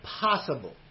possible